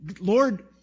Lord